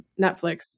Netflix